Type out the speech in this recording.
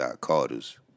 Carters